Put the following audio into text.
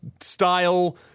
style